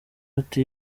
gato